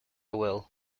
will